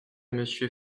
monsieur